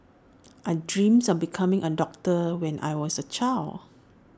I dreamt of becoming A doctor when I was A child